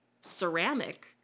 Ceramic